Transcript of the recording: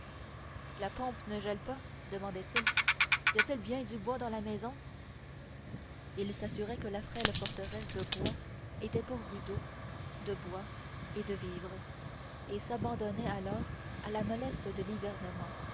la pompe ne gèle pas demandait-il y a-t-il bien du bois dans la maison il s'assurait que la frêle forteresse de bois était pourvue d'eau de bois et de vivres et s'abandonnait alors à la mollesse de